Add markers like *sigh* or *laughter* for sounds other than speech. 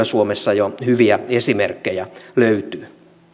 *unintelligible* suomessa jo hyviä esimerkkejä löytyy